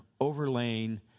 overlaying